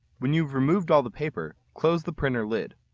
when you've removed all the paper, close the printer lid.